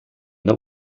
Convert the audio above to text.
der